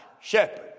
shepherd